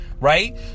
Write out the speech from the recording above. Right